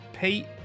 Pete